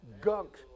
gunk